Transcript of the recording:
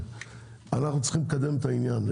אנחנו צריכים לקדם את העניין.